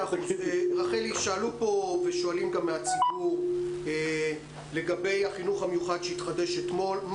שאלו פה ושאלו גם מהציבור לגבי החינוך המיוחד שהתחדש אתמול.